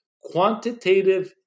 quantitative